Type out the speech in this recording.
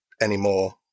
anymore